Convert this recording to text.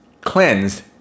cleansed